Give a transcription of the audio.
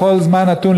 בכל זמן נתון,